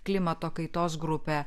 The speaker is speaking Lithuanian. klimato kaitos grupę